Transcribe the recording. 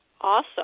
Awesome